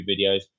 videos